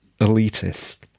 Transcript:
elitist